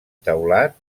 teulat